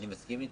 אני מסכים איתה.